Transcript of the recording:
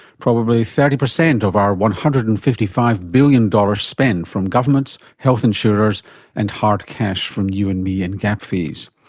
probably thirty percent of our one hundred and fifty five billion dollars spend from governments, health insurers and hard cash from you and me in gap fees.